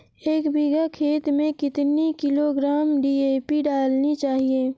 एक बीघा खेत में कितनी किलोग्राम डी.ए.पी डालनी चाहिए?